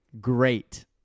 great